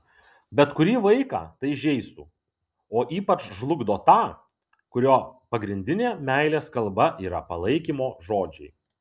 bet kurį vaiką tai žeistų o ypač žlugdo tą kurio pagrindinė meilės kalba yra palaikymo žodžiai